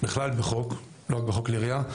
בכלל בחוק ולא רק בחוק כלי ירייה,